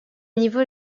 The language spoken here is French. niveau